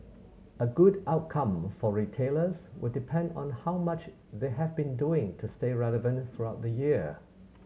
a good outcome for retailers will depend on how much they have been doing to stay relevant throughout the year